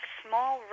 small